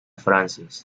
francis